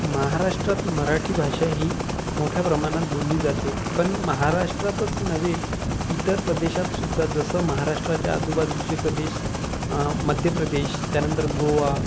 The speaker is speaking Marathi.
महाराष्ट्रात मराठी भाषा ही मोठ्या प्रमाणात बोलली जाते पण महाराष्ट्रातच नव्हे इतर प्रदेशातसुद्धा जसं महाराष्ट्राच्या आजूबाजूचे प्रदेश मध्य प्रदेश त्यानंतर गोवा